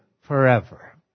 forever